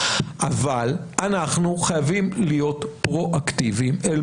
אבל אנחנו חייבים להיות פרואקטיביים אל